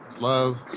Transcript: love